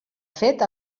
fet